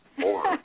Four